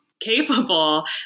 capable